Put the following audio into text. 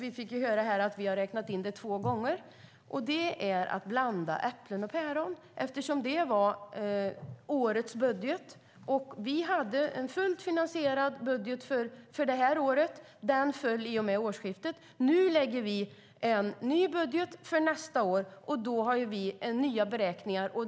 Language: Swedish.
Vi fick höra att vi har räknat in det två gånger. Det är att blanda ihop äpplen och päron. Det gällde årets budget. Vi hade en fullt finansierad budget för det här året. Den föll i och med årsskiftet. Nu lägger vi en ny budget för nästa år, och då har vi nya beräkningar.